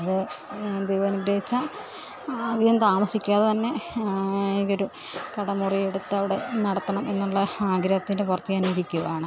അത് ദൈവം അനുഗ്രഹിച്ചാൽ അധികം താമസിക്കാതെ തന്നെ ഒരു കടമുറി എടുത്ത് അവിടെ നടത്തണം എന്നുള്ള ആഗ്രഹത്തിൻ്റെ പുറത്ത് ഞാൻ ഇരിക്കുവാണ്